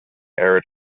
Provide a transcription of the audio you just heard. arid